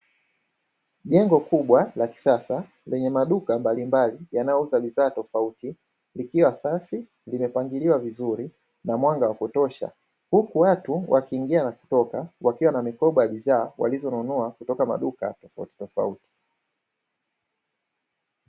Jengo kubwa la kisasa, lenye maduka mbalimbali yanayouza bidhaa tofauti, likiwa safi. Limepangiliwa vizuri na mwanga wa kutosha, huku watu wakiingia na kutoka, wakiwa na mikoba ya bidhaa walizonunua kutoka maduka tofautitofauti.